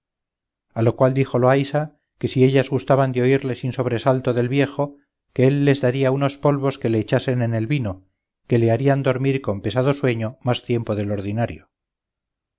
a lo cual dijo loaysa que si ellas gustaban de oírle sin sobresalto del viejo que él les daría unos polvos que le echasen en el vino que le harían dormir con pesado sueño más tiempo del ordinario